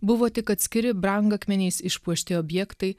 buvo tik atskiri brangakmeniais išpuošti objektai